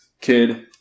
kid